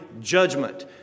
judgment